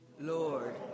Lord